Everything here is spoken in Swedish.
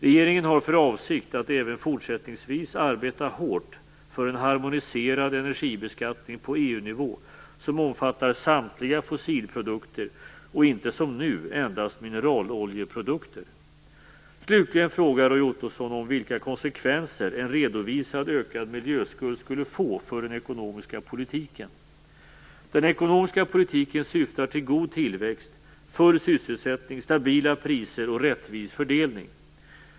Regeringen har för avsikt att även fortsättningsvis arbeta hårt för en harmoniserad energibeskattning på EU-nivå som omfattar samtliga fossilprodukter och inte som nu endast mineraloljeprodukter. Slutligen frågar Roy Ottosson vilka konsekvenser en redovisad ökad miljöskuld skulle få för den ekonomiska politiken. Den ekonomiska politiken syftar till god tillväxt, full sysselsättning, stabila priser och rättvis fördelning.